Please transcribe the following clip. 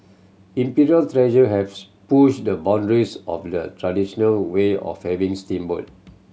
Imperial Treasure has pushed the boundaries of the traditional way of having steamboat